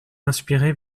inspirée